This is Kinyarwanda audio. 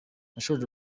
yashoje